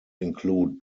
include